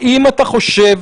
האם אתה חושב